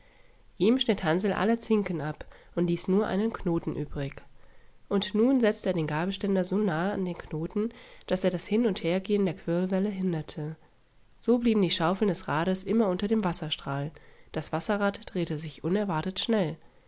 ihm schnitt hansl alle zinken ab und ließ nur einen knoten übrig und nun setzte er den gabelständer so nahe an den knoten daß er das hin und hergehen der quirlwelle hinderte so blieben die schaufeln des rades immer unter dem wasserstrahl das wasserrad drehte sich unerwartet schnell